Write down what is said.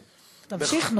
תמשיך.